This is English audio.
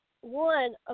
one